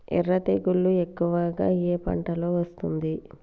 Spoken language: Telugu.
ఎర్ర తెగులు ఎక్కువగా ఏ పంటలో వస్తుంది?